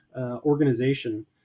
organization